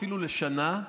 אפילו לשנה,